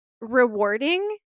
rewarding